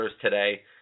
today